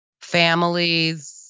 families